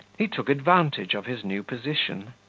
he took advantage of his new position,